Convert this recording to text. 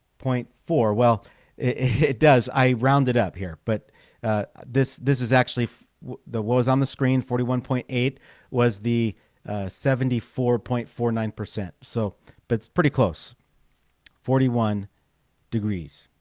point four well it does i round it up here, but this this is actually the was on the screen forty one point eight was the seventy four point four nine percent, so but it's pretty close forty one degrees